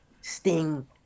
Sting